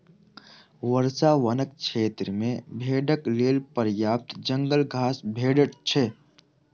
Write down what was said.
वर्षा वनक क्षेत्र मे भेड़क लेल पर्याप्त जंगल घास भेटैत छै